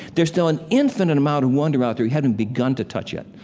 there's still an infinite amount of wonder out there we haven't begun to touch yet